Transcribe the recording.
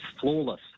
Flawless